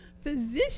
Physician